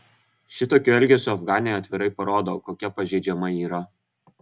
šitokiu elgesiu afganė atvirai parodo kokia pažeidžiama yra